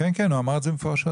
הוא אמר את זה מפורשות.